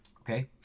Okay